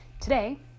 Today